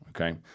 okay